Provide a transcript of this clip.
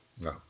No